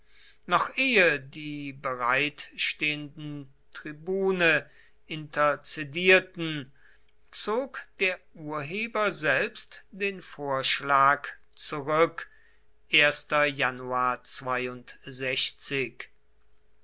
noch ehe die bereitstehenden tribune interzedierten zog der urheber selbst den vorschlag zurück